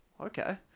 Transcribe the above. okay